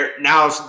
Now